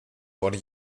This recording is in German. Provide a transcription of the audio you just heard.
wurde